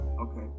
Okay